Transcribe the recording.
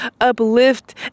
uplift